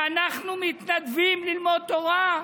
שאנחנו מתנדבים ללמוד תורה?